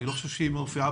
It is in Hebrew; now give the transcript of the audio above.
אני לא חושב שהיא מופיעה,